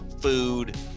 food